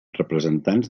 representants